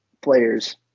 players